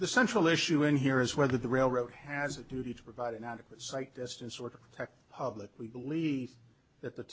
the central issue in here is whether the railroad has a duty to provide an adequate site distance or protect public we believe that the